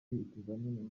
ibizamini